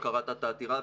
לא קראת את העתירה,